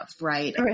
right